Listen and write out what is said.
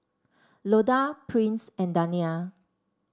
Loda Prince and Dania